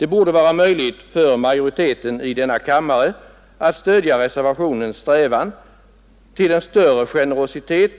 Det borde vara möjligt för majoriteten i denna kammare att stödja reservanternas strävan till en större generositet